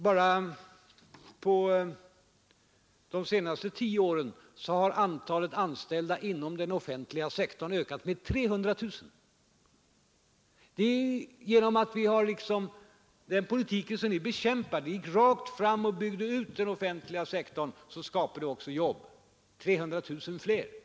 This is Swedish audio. Bara på de senaste tio åren har antalet anställda inom den offentliga sektorn ökat med 300 000. Vi gick rakt ut och byggde ut den offentliga sektorn. Därmed skapade vi 300 000 fler jobb.